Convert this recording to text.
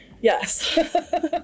Yes